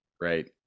right